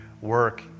work